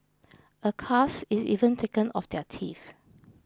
a cast is even taken of their teeth